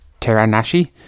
Teranashi